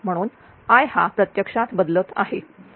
म्हणून I हा प्रत्यक्षात बदलत आहे